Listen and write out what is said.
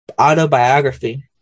Autobiography